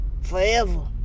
forever